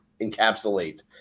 encapsulate